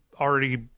already